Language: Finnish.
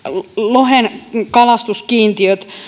lohen kalastuskiintiöt